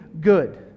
good